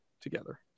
together